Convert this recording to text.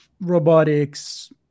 robotics